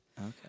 Okay